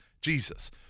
Jesus